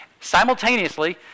simultaneously